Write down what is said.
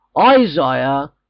Isaiah